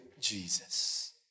Jesus